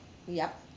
yup